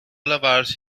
lavarsi